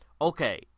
okay